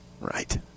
Right